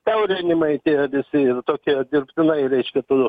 siaurinimai tie visi ir tokie dirbtinai reiškia tų